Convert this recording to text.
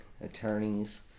attorneys